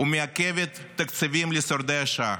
ומעכבת תקציבים לשורדי השואה.